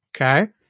Okay